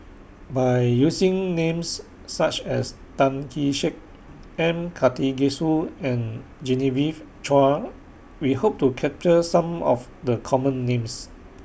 By using Names such as Tan Kee Sek M Karthigesu and Genevieve Chua We Hope to capture Some of The Common Names